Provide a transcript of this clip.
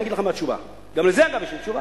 אני אגיד לך מה התשובה, גם לזה יש לי תשובה.